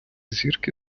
зірки